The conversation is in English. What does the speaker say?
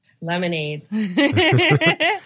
Lemonade